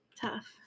Tough